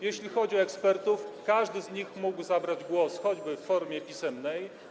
Jeśli chodzi o ekspertów, każdy z nich mógł zabrać głos, choćby w formie pisemnej.